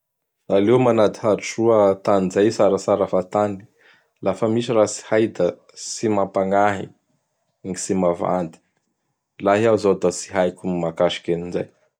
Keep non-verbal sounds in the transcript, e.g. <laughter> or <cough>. <noise> Aleo manadihady soa tany izay hitsaratsara fahatany. Lafa misy raha tsy hay da tsy mampagnahy ny tsy mavandy. Laha iaho izao da tsy haiko ny mahakasiky an'izay.